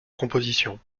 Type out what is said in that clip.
composition